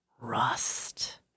Rust